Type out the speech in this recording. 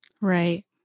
Right